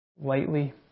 lightly